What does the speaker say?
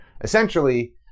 Essentially